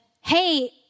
hey